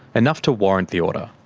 enough to warrant the order.